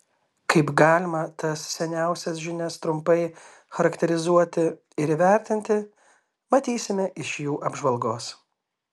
kaip galima tas seniausias žinias trumpai charakterizuoti ir įvertinti matysime iš jų apžvalgos